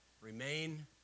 remain